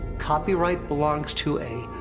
copyright belongs to a.